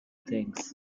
things